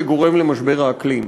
שגורם למשבר האקלים.